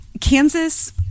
Kansas